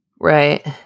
Right